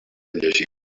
llegir